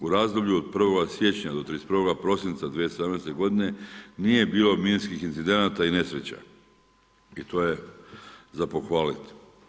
U razdoblju od 1. siječnja do 31. prosinca 2017. godine nije bilo minskih incidenata i nesreća i to je za pohvalit.